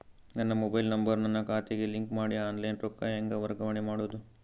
ನನ್ನ mobile number ನನ್ನ ಖಾತೆಗೆ ಲಿಂಕ್ ಮಾಡಿ ಆನ್ಲೈನ್ ರೊಕ್ಕ ಹೆಂಗ ವರ್ಗಾವಣೆ ಮಾಡೋದು?